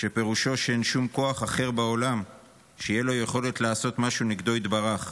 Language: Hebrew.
שפירושו שאין שום כוח אחר בעולם שתהיה לו יכולת לעשות משהו נגדו יתברך.